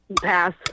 Pass